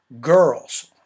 girls